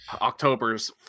October's